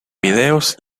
videos